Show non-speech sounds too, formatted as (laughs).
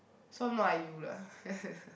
so I'm not like you lah (laughs)